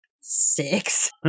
Six